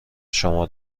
شما